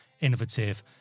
innovative